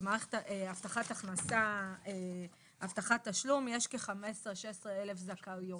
הבטחת תשלום יש כ-15,000 16,000 זכאיות.